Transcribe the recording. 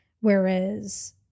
whereas